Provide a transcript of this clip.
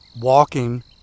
walking